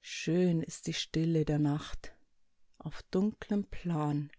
schön ist die stille der nacht auf dunklem plan